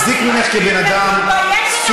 אני מחזיק ממך בן אדם סופר-הגון,